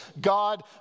God